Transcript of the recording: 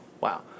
Wow